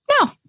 no